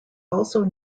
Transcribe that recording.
also